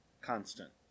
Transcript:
constant